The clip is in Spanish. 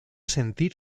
sentir